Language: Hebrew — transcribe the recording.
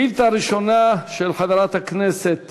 השאילתה הראשונה, של חברת הכנסת